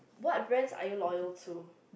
what brands are you loyal to